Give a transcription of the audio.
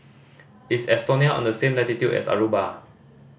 is Estonia on the same latitude as Aruba